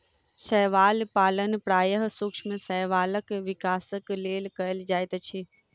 शैवाल पालन प्रायः सूक्ष्म शैवालक विकासक लेल कयल जाइत अछि